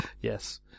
Yes